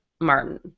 Martin